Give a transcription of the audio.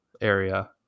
area